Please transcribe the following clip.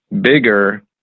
bigger